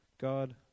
God